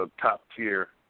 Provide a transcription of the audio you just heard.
top-tier